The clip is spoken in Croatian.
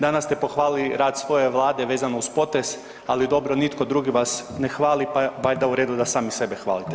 Danas ste pohvalili rad svoje Vlade vezano uz potres ali dobro, nitko drugi vas ne hvali pa je valjda onda u redu da sami sebe hvalite.